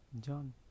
John